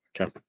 okay